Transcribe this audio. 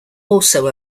also